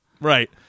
Right